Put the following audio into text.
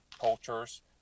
cultures